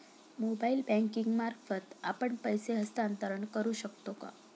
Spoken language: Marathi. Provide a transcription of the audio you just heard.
मोबाइल बँकिंग मार्फत आपण पैसे हस्तांतरण करू शकतो का?